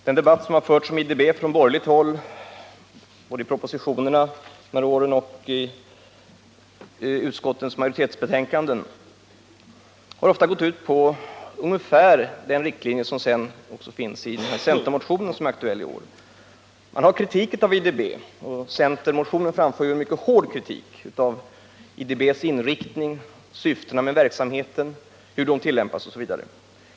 Herr talman! Den debatt som förts om IDB på borgerligt håll under de här åren, både i propositionerna och i utskottens majoritetsbetänkanden, har ofta gått ut på ungefär den riktlinje som sedan också återfinns i den centermotion som är aktuell i år: man har kritiserat IDB. Centermotionen framför en mycket hård kritik av IDB:s inriktning, syftena med verksamheten, hur de tillämpas, osv.